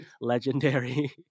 Legendary